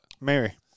mary